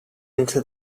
into